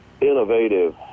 innovative